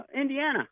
Indiana